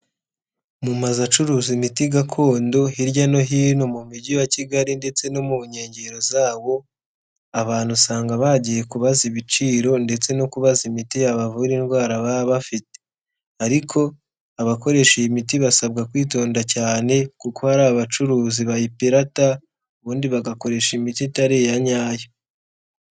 Mu mazu acuruza imiti gakondo hirya no hino mu mujyi wa kigali ndetse no mu nkengero zawo, abantu usanga bagiye kubaza ibiciro ndetse no kubaza imiti yabavura indwara baba bafite. Ariko abakoresha iyi miti basabwa kwitonda cyane kuko hari abacuruzi bayipirata ubundi bagakoresha imiti itari iya nyayo.